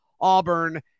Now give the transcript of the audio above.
Auburn